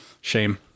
Shame